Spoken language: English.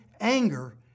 anger